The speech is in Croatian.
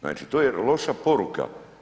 Znači to je loša poruka.